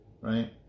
right